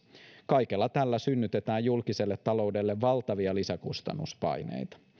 kaikella tällä synnytetään julkiselle taloudelle valtavia lisäkustannuspaineita